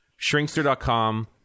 Shrinkster.com